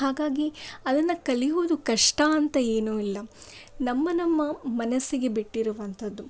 ಹಾಗಾಗಿ ಅದನ್ನು ಕಲಿಯುವುದು ಕಷ್ಟ ಅಂತ ಏನೂ ಇಲ್ಲ ನಮ್ಮ ನಮ್ಮ ಮನಸ್ಸಿಗೆ ಬಿಟ್ಟಿರುವಂಥದ್ದು